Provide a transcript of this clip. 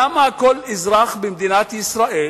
למה כל אזרח במדינת ישראל